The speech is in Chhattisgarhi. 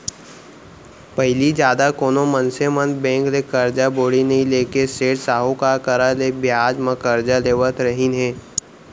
पहिली जादा कोनो मनसे मन बेंक ले करजा बोड़ी नइ लेके सेठ साहूकार करा ले बियाज म करजा लेवत रहिन हें